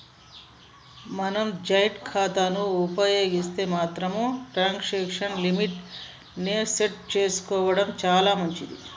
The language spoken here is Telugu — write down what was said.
మనం జాయింట్ ఖాతాను ఉపయోగిస్తే మాత్రం ట్రాన్సాక్షన్ లిమిట్ ని సెట్ చేసుకునెడు చాలా మంచిది